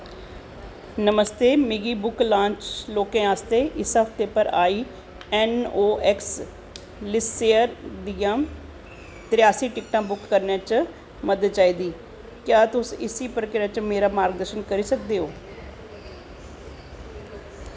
नमस्ते मिगी book launch लोकें आस्तै इस हफ्तै पर आई एन ओ ऐक्स लिस्यर दियां त्रेआस्सी टिकटां बुक करने च मदद चाहिदी क्या तुस इसी प्रक्रिया च मेरा मार्गदर्शन करी सकदे ओ